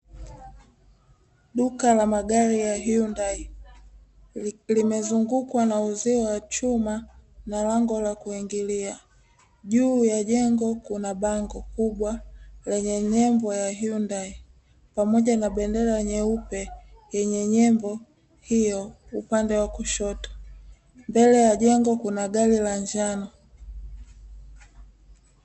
Duka la magari ya hyundai limezungukwa na uzio wa chuma na lango la kuingilia. Juu ya jengo kuna bango kubwa lenye nembo ya hyundai pamoja na bendera nyeupe yenye nembo hiyo upande wa kushoto., mbele ya jengo kuna gari la njano.